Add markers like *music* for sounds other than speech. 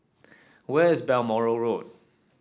*noise* where is Balmoral Road